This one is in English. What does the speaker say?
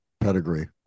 pedigree